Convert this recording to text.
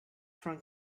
from